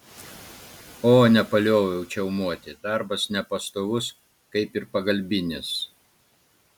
o nepalioviau čiaumoti darbas nepastovus kaip ir pagalbinis